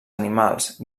animals